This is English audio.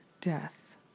death